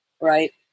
Right